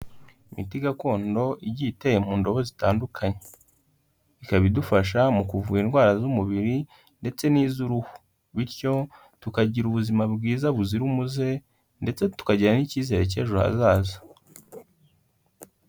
Imiti gakondo igiye iteye mu ndobo zitandukanye, ikaba idufasha mu kuvura indwara z'umubiri ndetse n'iz'uruhu, bityo tukagira ubuzima bwiza buzira umuze ndetse tukagira n'icyizere cy'ejo hazaza.